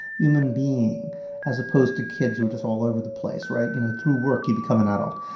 human being as opposed to kids who are just all over the place, right? you know, through work, you become an adult.